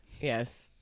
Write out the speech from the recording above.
yes